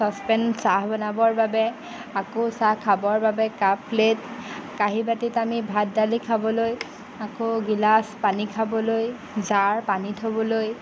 saucepan চাহ বনাবৰ বাবে আকৌ চাহ খাবৰ বাবে কাপ প্লেট কাঁহী বাতিত আমি ভাত দালি খাবলৈ আকৌ গিলাচ পানী খাবলৈ জাৰ পানী থ'বলৈ